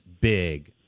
big